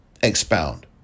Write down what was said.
expound